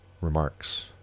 remarks